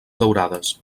daurades